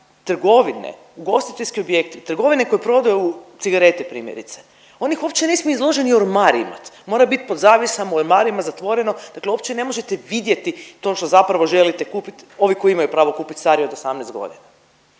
trgovine, ugostiteljski objekti, trgovine koje prodaju cigarete primjerice one uopće ne smiju izloženi ormar imati, mora biti pod zavjesama, u ormarima zatvoreno, dakle uopće ne možete vidjeti to što želite kupiti, ovi koji imaju pravo kupiti stariji od 18 godina.